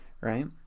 right